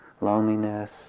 loneliness